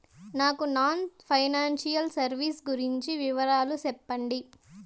నాకు non financial services గురించి వివరాలు సెప్పండి?